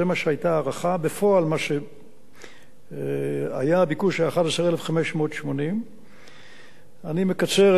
בפועל הביקוש היה 11,580. אני מקצר את כל המספרים.